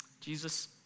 Jesus